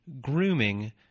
grooming